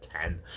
ten